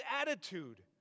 attitude